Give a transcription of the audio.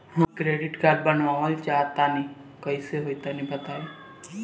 हम credit card बनवावल चाह तनि कइसे होई तनि बताई?